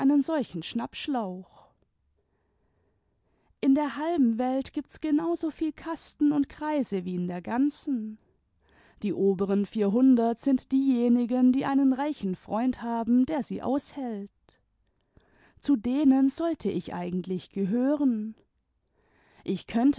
solchen schnapsschlauch in der halben welt gibt's genau soviel kasten und kreise wie in der ganzen die oberen vierhundert sind diejenigen die einen reichen freund haben der sie aushält zu denen sollte ich eigentlich gehören ich